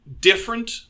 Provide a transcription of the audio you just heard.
Different